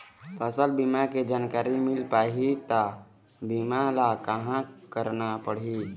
फसल बीमा के जानकारी मिल पाही ता बीमा ला कहां करना पढ़ी?